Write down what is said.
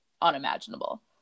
unimaginable